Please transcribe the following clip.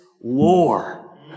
war